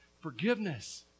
Forgiveness